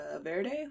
Verde